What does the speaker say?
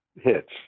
hits